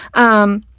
um,